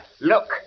look